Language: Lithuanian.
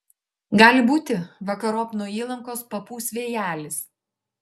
gali būti vakarop nuo įlankos papūs vėjelis